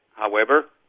however,